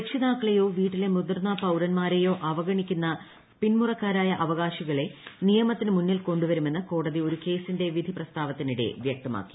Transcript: രക്ഷിതാക്കളെയോ വീട്ടിലെ മുതിർന്ന പൌരന്മാരെയോ അവഗണിക്കുന്ന പിൻമുറക്കാരായ അവകാശികളെ നിയമത്തിനു മുന്നിൽ കൊണ്ടുവരുമെന്ന് കോടതി ഒരു കേസിന്റെ വിധി പ്രസ്താവത്തിനിടെ വ്യക്തമാക്കി